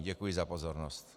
Děkuji za pozornost.